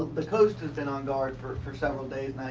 the coast has been on guard for for several days,